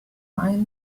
mind